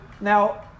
now